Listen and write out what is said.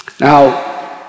Now